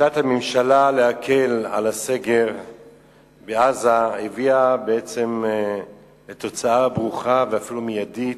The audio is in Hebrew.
החלטת הממשלה להקל את הסגר בעזה הביאה לתוצאה ברוכה ואפילו מיידית.